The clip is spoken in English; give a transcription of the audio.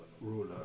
ruler